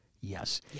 yes